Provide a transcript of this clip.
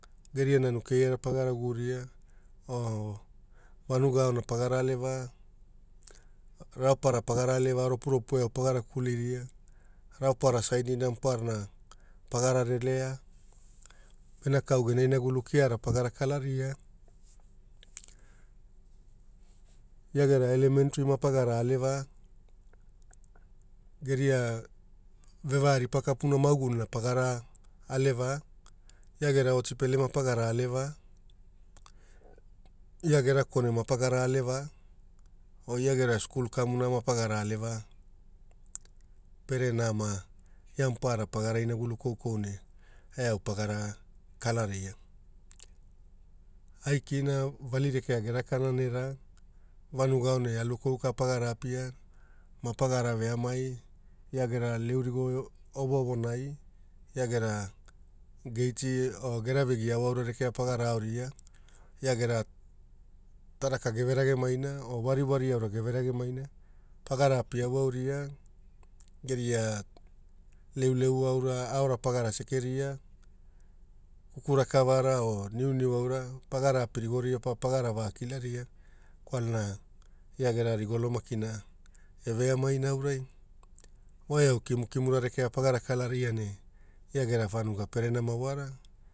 Geria nanu kiara pagara guuria, nanu aona pagara aleva, raopara pagara aleva, ropuropu pagara kuliria rao para saidina maparara pagara relea. Venekaau gena inagulu keara pagara kulugira. Ia gera Elementri mapagara aleva, geria vevaaripa kapuna maguguluna mapagara aleva. Ia gena otipele mapagara aleva, pere nama ia maparara pagara inagulu koukou ne eau pagara kalaria, aikina vali reka gerakana nera vanugana aonai alukou pagara apia mapagara veamai ia gera leu rigo ovoovonai ia gera geiti o gera vegiao aura rekea pagara aoria. Ia gera taraka geverage maina o wariwari aora geverage maina pagara api ao aoria geria leuleu aura aora pagara sekeria, kuku rakavara o niuniu aura, pagara apirigoria pa pagara vaikilaria, kwalana ia gera rigolo makina eve amaina aurai voau kumukumura rekea pagara kalagira ne ia gera vanuga pere nama wara